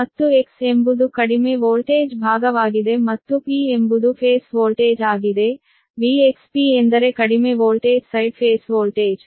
ಮತ್ತು X ಎಂಬುದು ಕಡಿಮೆ ವೋಲ್ಟೇಜ್ ಭಾಗವಾಗಿದೆ ಮತ್ತು P ಎಂಬುದು ಫೇಸ್ ವೋಲ್ಟೇಜ್ ಆಗಿದೆ VXP ಎಂದರೆ ಕಡಿಮೆ ವೋಲ್ಟೇಜ್ ಸೈಡ್ ಫೇಸ್ ವೋಲ್ಟೇಜ್